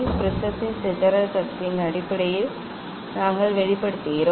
ப்ரிஸத்தின் சிதறல் சக்தியின் அடிப்படையில் நாங்கள் வெளிப்படுத்துகிறோம்